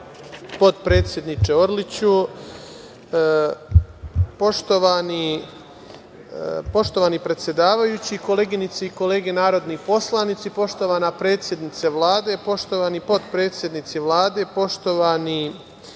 potpredsedniče Orliću. Poštovani predsedavajući, koleginice i kolege narodni poslanici, poštovana predsednice Vlade, poštovani potpredsednici Vlade, poštovane